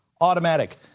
automatic